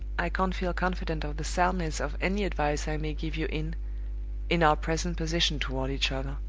i can't feel confident of the soundness of any advice i may give you in in our present position toward each other.